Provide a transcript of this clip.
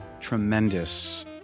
tremendous